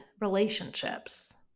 relationships